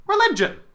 Religion